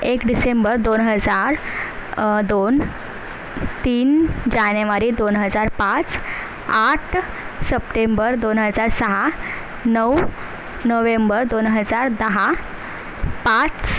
एक डिसेंबर दोन हजार दोन तीन जानेवारी दोन हजार पाच आठ सप्टेंबर दोन हजार सहा नऊ नोव्हेंबर दोन हजार दहा पाच